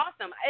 awesome